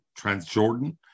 Transjordan